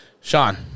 Sean